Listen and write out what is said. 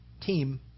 team